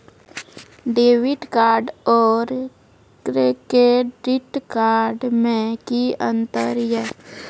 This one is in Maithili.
डेबिट कार्ड और क्रेडिट कार्ड मे कि अंतर या?